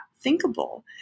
thinkable